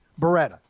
Beretta